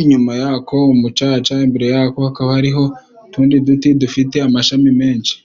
inyuma yako umucaca. Imbere yako hakaba hariho utundi duti dufite amashami menshi.